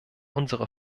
unsere